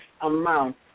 amount